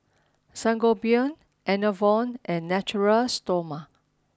Sangobion Enervon and Natura Stoma